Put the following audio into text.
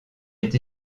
est